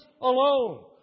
alone